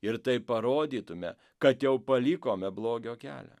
ir taip parodytume kad jau palikome blogio kelią